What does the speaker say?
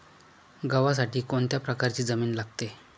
गव्हासाठी कोणत्या प्रकारची जमीन लागते?